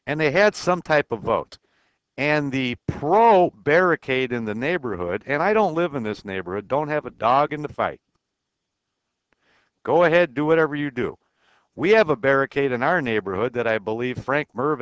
and they had some type of vote and the parole barricade in the neighborhood and i don't live in this neighborhood don't have a dog in the fight go ahead do whatever you do we have a barricade in our neighborhood that i believe frank